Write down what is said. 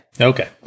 Okay